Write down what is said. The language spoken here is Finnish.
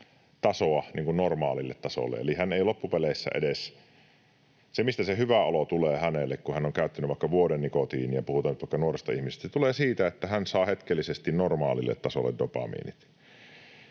tasoa normaalille tasolle, eli hän ei loppupeleissä edes... Se hyvä olo tulee hänelle, kun hän on käyttänyt vaikka vuoden nikotiinia — puhutaan nyt vaikka nuorista ihmisistä — siitä, että hän saa hetkellisesti normaalille tasolle dopamiinit.